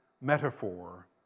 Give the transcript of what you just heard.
metaphor